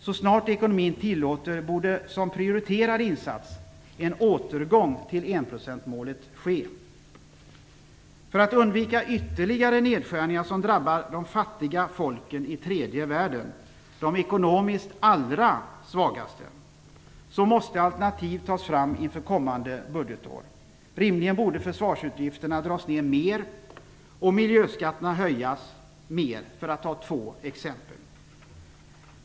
Så snart ekonomin tillåter borde som prioriterad insats en återgång till enprocentsmålet ske. För att undvika ytterligare nedskärningar, som drabbar de fattiga folken i tredje världen, de ekonomiskt allra svagaste, måste alternativ tas fram inför kommande budgetår. Rimligen borde försvarsutgifterna dras ned mer och miljöskatterna höjas mer för att ta två exempel.